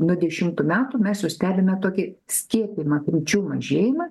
nuo dešimtų metų mes jau stebime tokį skiepijimo apimčių mažėjimą